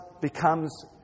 becomes